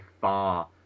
far